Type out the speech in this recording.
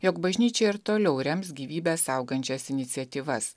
jog bažnyčia ir toliau rems gyvybę saugančias iniciatyvas